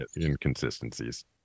inconsistencies